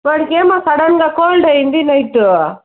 వాడికి ఏమో సడన్గా కోల్డ్ అయ్యింది నైటు